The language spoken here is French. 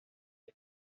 est